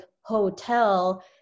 hotel